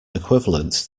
equivalent